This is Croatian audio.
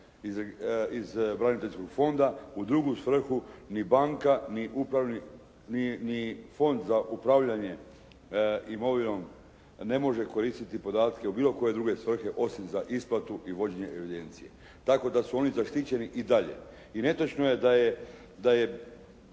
iz braniteljskog fonda u drugu svrhu ni banka ni Fond za upravljanje imovinom ne može koristiti podatke u bilo koje druge svrhe osim za isplatu i vođenje evidencije. Tako da su oni zaštićeni i dalje. I netočno je da je